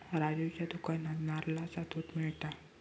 राजूच्या दुकानात नारळाचा दुध मिळता